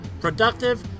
productive